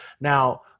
Now